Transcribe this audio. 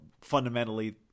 fundamentally